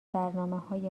برنامههای